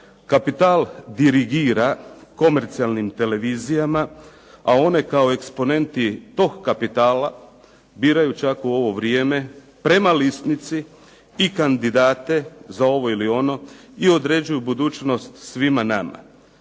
Kapital dirigira komercijalnim televizijama, a one kao eksponenti toga kapitala, biraju čak u ovo vrijeme prema lisnici i kandidate za ovo ili ono i određuju budućnost svima nama.